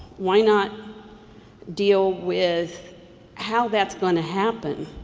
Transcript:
why not deal with how that's going to happen?